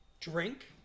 drink